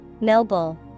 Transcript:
Noble